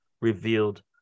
revealed